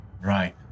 Right